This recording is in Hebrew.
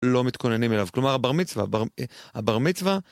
לא מתכוננים אליו כלומר הבר מצווה, הבר מצווה